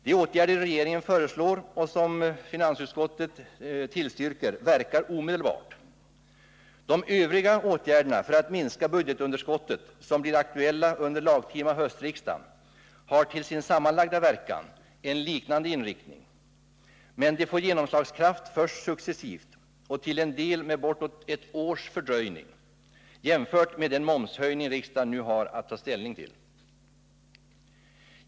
De åtgärder regeringen föreslår och som finansutskottet tillstyrker verkar omedelbart. De övriga åtgärder för att minska budgetunderskottet som blir aktuella under den lagtima höstriksdagen har ju till sin sammanlagda verkan en liknande inriktning, men de får genomslagskraft först successivt och till en del med bortåt ett års fördröjning jämfört med den momshöjning riksdagen nu har att ta ställning till.